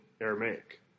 Aramaic